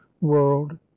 world